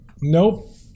Nope